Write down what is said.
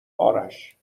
آرش